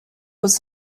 was